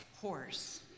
horse